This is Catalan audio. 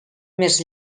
més